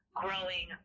growing